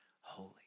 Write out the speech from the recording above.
holy